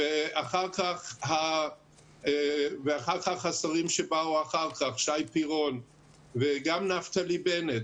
אחר-כך השרים שבאו אחר-כך, שי פירון וגם נפתלי בנט